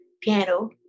piano